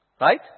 Right